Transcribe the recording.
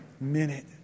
minute